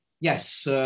yes